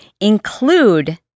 Include